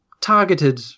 targeted